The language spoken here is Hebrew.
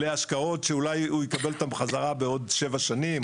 להשקעות שאולי הוא יקבל אותן בחזרה בעוד שבע שנים?